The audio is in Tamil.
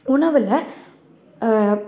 உணவில்